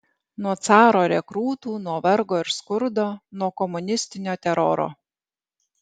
nuo caro rekrūtų nuo vargo ir skurdo nuo komunistinio teroro